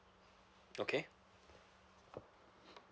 okay